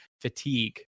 fatigue